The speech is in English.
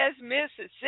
Mississippi